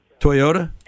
Toyota